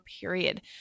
period